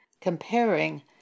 comparing